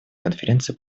конференции